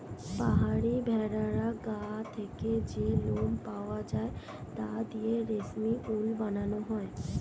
পাহাড়ি ভেড়ার গা থেকে যে লোম পাওয়া যায় তা দিয়ে রেশমি উল বানানো হয়